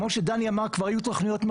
וכבר היו תוכניות,